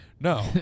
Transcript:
No